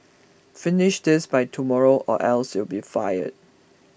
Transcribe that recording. finish this by tomorrow or else you'll be fired